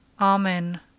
Amen